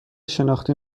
شناختی